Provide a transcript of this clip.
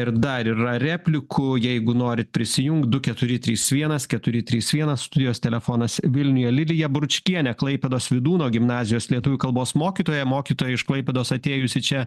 ir dar yra replikų jeigu norit prisijungt du keturi trys vienas keturi trys vienas studijos telefonas vilniuje lilija bručkienė klaipėdos vydūno gimnazijos lietuvių kalbos mokytoja mokytoja iš klaipėdos atėjusi čia